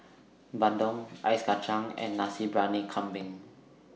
Bandung Ice Kacang and Nasi Briyani Kambing